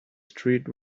street